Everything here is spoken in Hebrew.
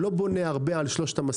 איני בונה הרבה על שלושתם,